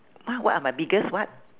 !huh! what are my biggest what